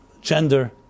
gender